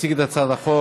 הצעת החוק